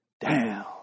down